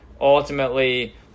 ultimately